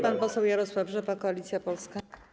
Pan poseł Jarosław Rzepa, Koalicja Polska.